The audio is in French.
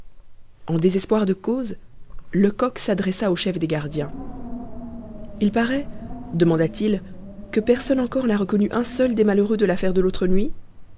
en désespoir de cause lecoq s'adressa au chef des gardiens il paraît demanda-t-il que personne encore n'a reconnu un seul des malheureux de l'affaire de l'autre nuit